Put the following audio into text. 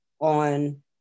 on